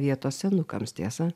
vietos senukams tiesa